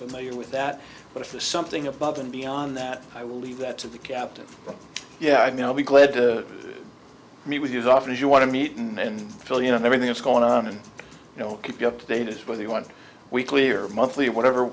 familiar with that but if there's something above and beyond that i will leave that to the captain yeah i mean i'll be glad to me with these offers you want to meet and then feel you know everything that's going on and you know keep you updated whether you want weekly or monthly whatever